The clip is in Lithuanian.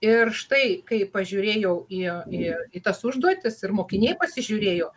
ir štai kai pažiūrėjau į į į tas užduotis ir mokiniai pasižiūrėjo